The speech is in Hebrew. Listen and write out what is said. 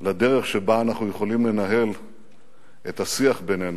לדרך שבה אנחנו יכולים לנהל את השיח בינינו,